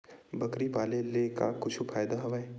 बकरी पाले ले का कुछु फ़ायदा हवय?